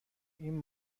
این